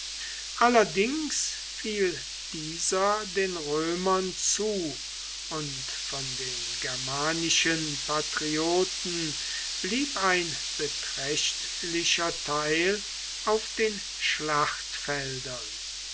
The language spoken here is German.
allerdings fiel dieser den römern zu und von den germanischen patrioten blieb ein beträchtlicher teil auf den schlachtfeldern